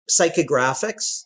psychographics